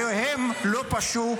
--- והם לא פשעו,